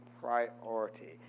priority